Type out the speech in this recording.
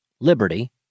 liberty